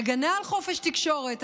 הגנה על חופש תקשורת,